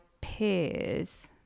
peers